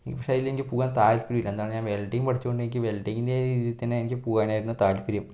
പക്ഷെ അതിലെനിക്ക് പോകാൻ താല്പര്യം ഇല്ല എന്താണ് ഞാൻ വെൽഡിങ്ങ് പഠിച്ചതു കൊണ്ട് എനിക്ക് വെൽഡിങ്ങിൻറെ രീതിയിൽ തന്നെ എനിക്ക് പോവാനായിരുന്നു താൽപര്യം